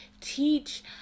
teach